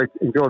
enjoy